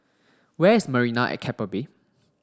where is Marina at Keppel Bay